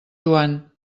joan